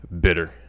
bitter